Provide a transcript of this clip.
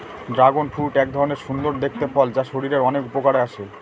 dragon fruit এক ধরনের সুন্দর দেখতে ফল যা শরীরের অনেক উপকারে আসে